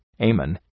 Amen